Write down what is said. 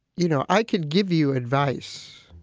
you know, i could give you advice.